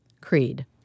Creed